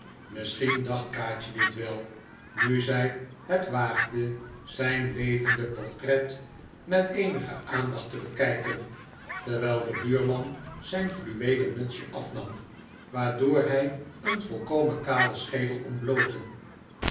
misschien dacht kaatje dit wel nu zij het waagde zijn levende portret met eenige aandacht te bekijken terwijl de buurman zijn fluweelen mutsje afnam waardoor hij een volkomen kalen schedel